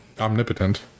omnipotent